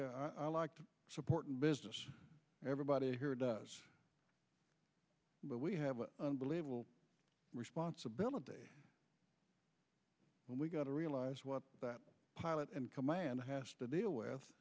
a i like to support and business everybody here does but we have an unbelievable responsibility and we got to realize what that pilot in command has to deal with